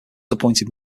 appointed